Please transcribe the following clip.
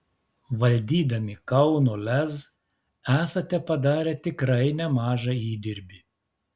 valdydami kauno lez esate padarę tikrai nemažą įdirbį